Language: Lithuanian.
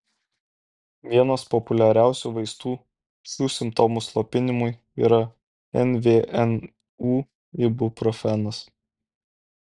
vienas populiariausių vaistų šių simptomų slopinimui yra nvnu ibuprofenas